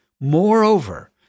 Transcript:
Moreover